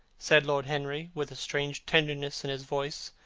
said lord henry with a strange tenderness in his voice,